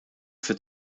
fit